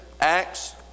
Acts